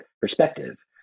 perspective